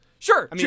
Sure